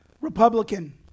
Republican